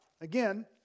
again